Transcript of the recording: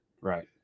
right